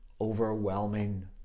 overwhelming